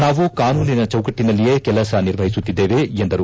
ನಾವು ಕಾನೂನಿನ ಚೌಕಟ್ಟಿನಲ್ಲಿಯೇ ಕೆಲಸ ನಿರ್ವಹಿಸುತ್ತಿದ್ದೇವೆ ಎಂದರು